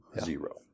zero